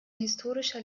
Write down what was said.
historischer